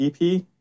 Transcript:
EP